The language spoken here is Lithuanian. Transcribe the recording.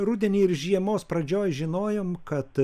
rudenį ir žiemos pradžioj žinojom kad